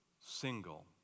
single